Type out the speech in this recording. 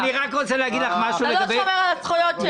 אתה לא שומר על הזכויות שלי.